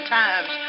times